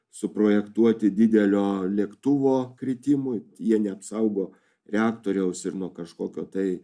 suprojektuoti didelio lėktuvo kritimui jie neapsaugo reaktoriaus ir nuo kažkokio tai